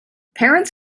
parents